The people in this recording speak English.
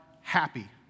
happy